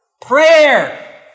Prayer